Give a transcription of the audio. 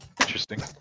Interesting